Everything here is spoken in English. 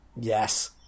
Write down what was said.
yes